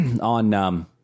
on